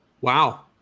Wow